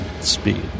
speed